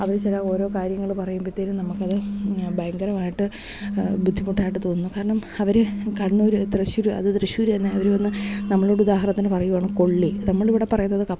അവർ ചില ഓരോ കാര്യങ്ങൾ പറയുമ്പത്തേക്കും നമുക്ക് അത് ഭയങ്കരമായിട്ട് ബുദ്ധിമുട്ടായിട്ട് തോന്നുന്നു കാരണം അവർ കണ്ണൂർ തൃശ്ശൂർ അത് തൃശ്ശൂർ തന്നെ അവർ വന്നു നമ്മളോട് ഉദാഹരണത്തിന് പറയുകയാണ് കൊള്ളി നമ്മൾ ഇവിടെ പറയുന്നത് കപ്പ